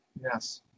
Yes